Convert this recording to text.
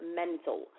mental